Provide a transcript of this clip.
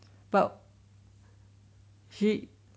well she